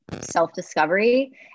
self-discovery